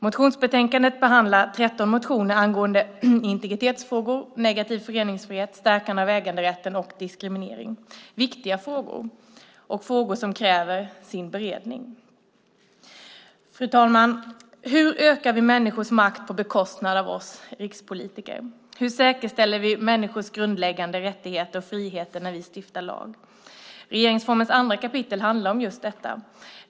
Motionsbetänkandet behandlar 13 motioner angående integritetsfrågor, negativ föreningsfrihet, stärkande av äganderätten och diskriminering. Det är viktiga frågor, och det är frågor som kräver sin beredning. Fru talman! Hur ökar vi människors makt på bekostnad av oss rikspolitiker? Hur säkerhetsställer vi människors grundläggande rättigheter och friheter när vi stiftar lag? Regeringsformens 2 kap. handlar om just detta.